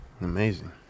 Amazing